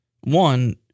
one